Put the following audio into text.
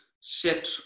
set